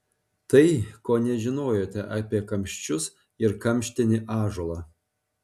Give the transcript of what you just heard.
tai ko nežinojote apie kamščius ir kamštinį ąžuolą